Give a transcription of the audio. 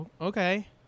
okay